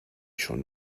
schon